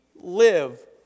live